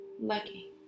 lucky